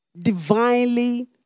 divinely